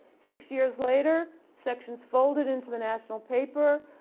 six years later section's folded into the national paper,